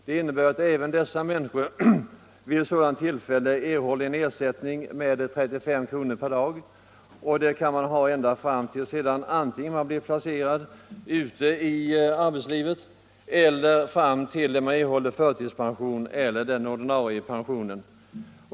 Den innebär att vid ett sådant tillfälle som antytts ersättning utgår med 35 kr. per dag. Detta stöd kan utgå antingen till dess att vederbörande blivit placerad på arbetsmarknaden eller fram till dess att vederbörande erhåller förtidspension eller ålderspension.